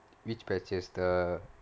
which patches the